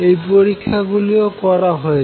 এই পরীক্ষাগুলিও করা হয়েছে